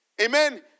Amen